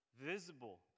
visible